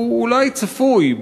שהוא אולי צפוי,